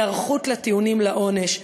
היערכות לטיעונים לעונש,